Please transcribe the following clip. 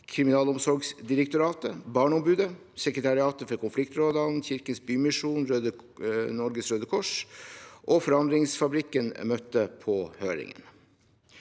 Kriminalomsorgsdirektoratet, Barneombudet, Sekretariatet for konfliktrådene, Kirkens Bymisjon, Norges Røde Kors og Forandringsfabrikken møtte på høringen.